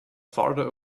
farther